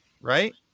right